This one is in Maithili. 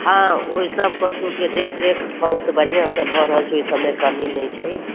हाँ ओहि सभ कथुके देखरेख बहुत बढ़िआँसँ भऽ रहल छै ओहि सभमे कमी नहि छै